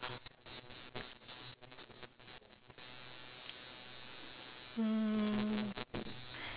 mm